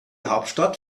hauptstadt